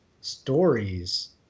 stories